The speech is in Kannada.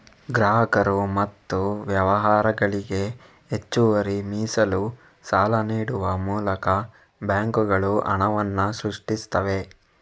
ಗ್ರಾಹಕರು ಮತ್ತು ವ್ಯವಹಾರಗಳಿಗೆ ಹೆಚ್ಚುವರಿ ಮೀಸಲು ಸಾಲ ನೀಡುವ ಮೂಲಕ ಬ್ಯಾಂಕುಗಳು ಹಣವನ್ನ ಸೃಷ್ಟಿಸ್ತವೆ